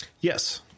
Yes